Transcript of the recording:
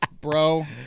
bro